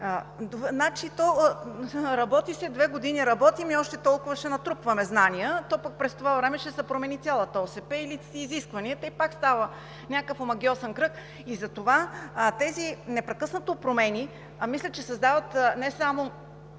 се.“) Работи се – две години работим и още толкова ще натрупваме знания, но пък през това време ще се промени цялата ОСП или изискванията, и пак става някакъв омагьосан кръг. Мисля, че тези непрекъснати промени създават не само